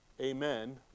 amen